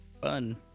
Fun